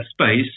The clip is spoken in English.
space